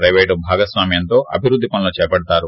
ప్రెపేటు భాగస్వామ్యంతో అభివృద్ది పనులను చేపడతారు